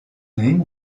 name